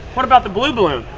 what about the blue balloon?